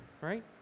right